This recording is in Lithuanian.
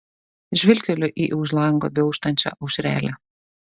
žvilgteliu į už lango beauštančią aušrelę